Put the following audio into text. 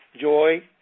joy